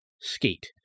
Skate